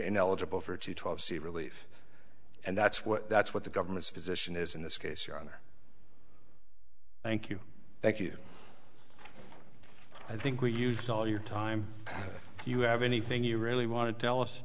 ineligible for to twelve c relief and that's what that's what the government's position is in this case your honor thank you thank you i think we use all your time you have anything you really want to tell us